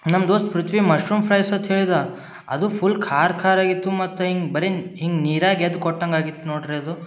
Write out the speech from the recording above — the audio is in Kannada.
ನಮ್ಮ ದೋಸ್ತ ಪೃಥ್ವಿ ಮಶ್ರೂಮ್ ಫ್ರೈಸ್ ಅತ್ ಹೇಳ್ದ ಅದು ಫುಲ್ ಖಾರ ಖಾರಾಗಿತ್ತು ಮತ್ತು ಹಿಂಗೆ ಬರೇ ಹಿಂಗೆ ನೀರಾಗಿ ಎದ್ದು ಕೊಟ್ಟಂಗಾಗಿತ್ತು ನೋಡ್ರಿ ಅದು